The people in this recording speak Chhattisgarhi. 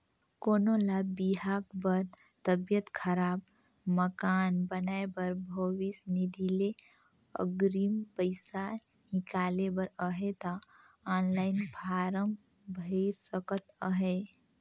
कोनो ल बिहा बर, तबियत खराब, मकान बनाए बर भविस निधि ले अगरिम पइसा हिंकाले बर अहे ता ऑनलाईन फारम भइर सकत अहे